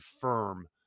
firm